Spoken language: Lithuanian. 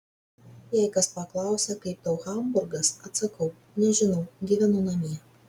jei kas paklausia kaip tau hamburgas atsakau nežinau gyvenu namie